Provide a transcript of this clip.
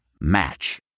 Match